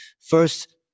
First